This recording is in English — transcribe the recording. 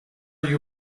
you